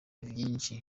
vyinshi